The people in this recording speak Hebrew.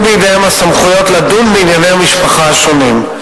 בידיהם הסמכויות לדון בענייני המשפחה השונים.